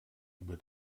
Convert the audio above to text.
über